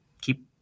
keep